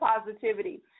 positivity